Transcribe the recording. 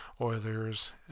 Oilers